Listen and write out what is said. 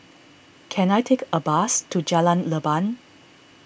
can I take a bus to Jalan Leban